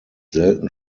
selten